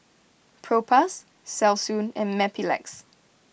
Propass Selsun and Mepilex